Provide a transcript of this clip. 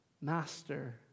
master